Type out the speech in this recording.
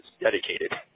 dedicated